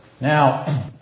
Now